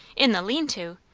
in the lean-to!